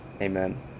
amen